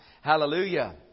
Hallelujah